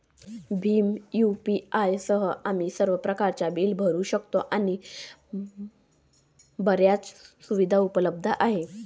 Bhim UPI सह, आम्ही सर्व प्रकारच्या बिले भरू शकतो आणि बर्याच सुविधा उपलब्ध आहेत